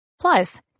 Plus